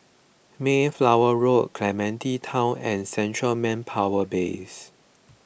Mayflower Road Clementi Town and Central Manpower Base